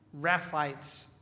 Raphites